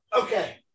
Okay